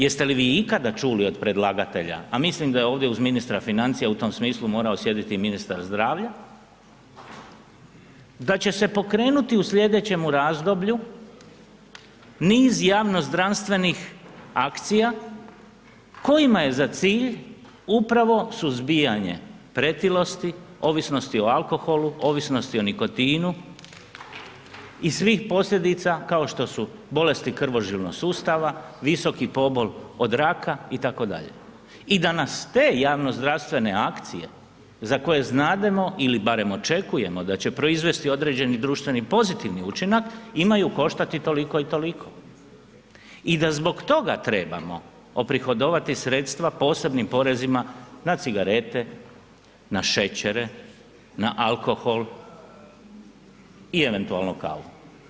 Jeste li vi ikad čuli od predlagatelja, a mislim da je ovdje uz ministra financija u tom smislu morao sjediti i ministar zdravlja, da će se pokrenuti u sljedećemu razdoblju niz javnozdravstvenih akcija kojima je za cilj upravo suzbijanje pretilosti, ovisnosti o alkoholu, ovisnosti o nikotinu i svih posljedica kao što su bolesti krvožilnog sustava, visoki pobol od raka itd. i da nas te javnozdravstvene akacije za koje znademo ili barem očekujemo da će proizvesti određeni društveni pozitivni učinak imaju koštati toliko i toliko i da zbog toga trebamo oprihodovati sredstva posebnim porezima na cigarete, na šećere, na alkohol i eventualno kavu.